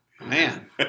Man